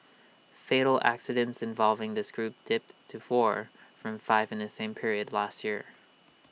fatal accidents involving this group dipped to four from five in the same period last year